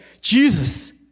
Jesus